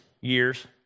years